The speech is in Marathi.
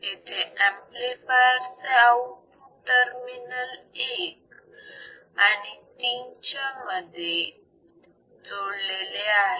येथे ऍम्प्लिफायर चे आउटपुट टर्मिनल 1 आणि 3 च्या मध्ये जोडलेले आहे